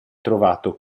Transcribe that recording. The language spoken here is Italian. trovato